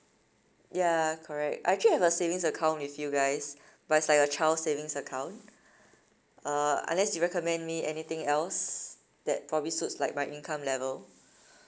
ya correct I actually have a savings account with you guys but it's like a child's savings account uh unless you recommend me anything else that probably suits like my income level